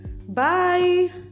Bye